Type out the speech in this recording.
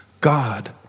God